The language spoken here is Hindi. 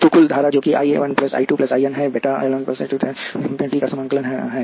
तो कुल धारा जो कि I 1 I 2 I N है 1 बटा L 1 1 बटा L 2 के बराबर 1 तक L N द्वारा t dt के शून्य से t V का समाकलन है